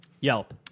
Yelp